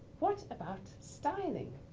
what about styling.